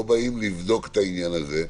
לא באים לבדוק את העניין הזה,